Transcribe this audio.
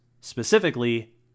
Specifically